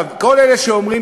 כל אלה שאומרים